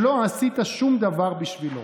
שלא עשית שום דבר בשבילו.